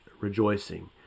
rejoicing